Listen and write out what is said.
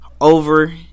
over